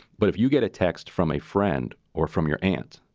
but if you get a text from a friend or from your aunt,